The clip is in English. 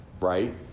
right